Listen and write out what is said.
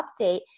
update